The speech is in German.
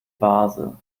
vase